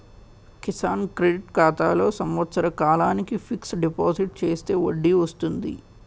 Kisan credit ఖాతాలో సంవత్సర కాలానికి ఫిక్స్ డిపాజిట్ చేస్తే వడ్డీ వస్తుంది